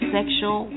Sexual